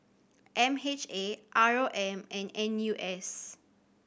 M H A R O M and N U S